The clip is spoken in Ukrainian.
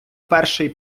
перший